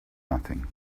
nothing